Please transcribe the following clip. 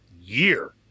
year